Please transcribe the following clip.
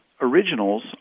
originals